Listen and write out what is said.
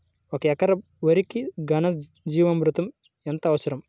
ఒక ఎకరా వరికి ఘన జీవామృతం ఎంత అవసరం?